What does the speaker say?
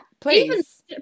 Please